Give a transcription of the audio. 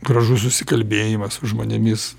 gražus susikalbėjimas žmonėmis